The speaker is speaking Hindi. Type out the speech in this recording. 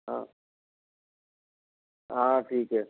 हाँ हाँ ठीक है